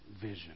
vision